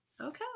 Okay